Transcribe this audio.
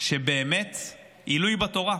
שהם באמת עילויים בתורה,